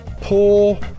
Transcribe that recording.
Poor